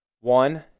one